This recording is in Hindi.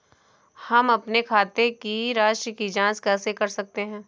हम अपने खाते की राशि की जाँच कैसे कर सकते हैं?